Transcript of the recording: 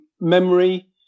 memory